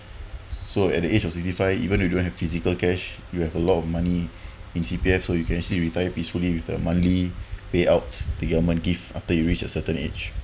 so at the age of sixty five even you don't have physical cash you have a lot of money in C_P_F so you can actually retire peacefully with the monthly payouts the government give after you reach a certain age